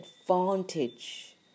advantage